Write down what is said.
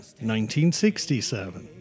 1967